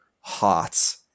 hot